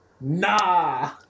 Nah